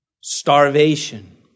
starvation